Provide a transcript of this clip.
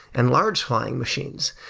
and large flying machines.